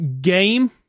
game